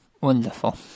wonderful